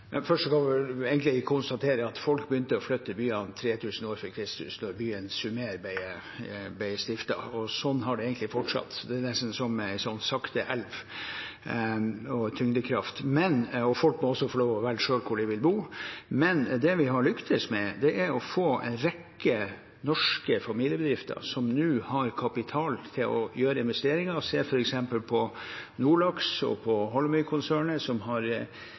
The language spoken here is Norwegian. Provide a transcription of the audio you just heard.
kan vi vel konstatere at folk begynte å flytte til byene 3 000 år f.Kr., da byen i Sumer ble stiftet, og sånn har det egentlig fortsatt. Det er nesten som en sakte elv og tyngdekraft. Folk må også få lov til å velge selv hvor de vil bo. Men det vi har lyktes med, er å få en rekke norske familiebedrifter som nå har kapital til å gjøre investeringer. Se f.eks. på Nordlaks og på Holmøy-konsernet, som har